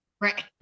right